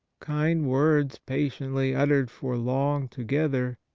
kind words patiently uttered for long to gether,